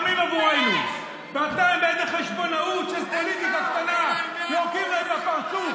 ואתה עם חשבונאות של פוליטיקה קטנה יורק להם בפרצוף.